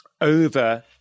over